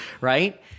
right